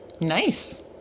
Nice